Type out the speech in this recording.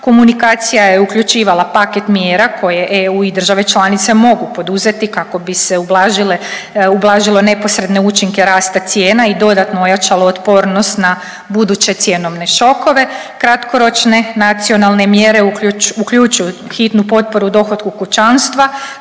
Komunikacija je uključivala paket mjera koje EU i države članice mogu poduzeti kako bi se ublažilo neposredne učinke rasta cijena i dodatno ojačalo otpornost na buduće cjenovne šokove. Kratkoročne nacionalne mjere uključuju hitnu potporu dohotku kućanstva,